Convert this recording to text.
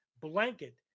blanket